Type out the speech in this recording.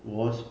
was